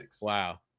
Wow